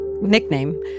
nickname